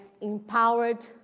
empowered